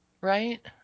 Right